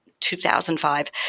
2005